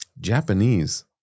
Japanese